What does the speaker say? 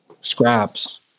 scraps